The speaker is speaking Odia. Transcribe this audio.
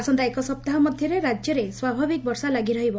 ଆସନ୍ତା ଏକସପ୍ତାହ ମଧ୍ୟରେ ରାଜ୍ୟରେ ସ୍ୱାଭାବିକ ବର୍ଷା ଲାଗିରହିବ